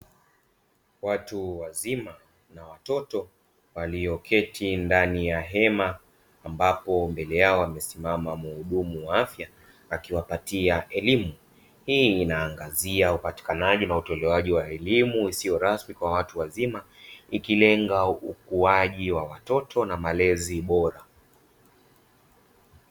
Watu wazima na watoto walioketi ndani ya hema, ambapo mbele yao amesimama mhudumu wa afya akiwapatia elimu. Hii inaangazia upatikanaji na utolewaji wa elimu isiyo rasmi kwa watu wazima, ikilenga ukuaji wa watoto na malezi bora.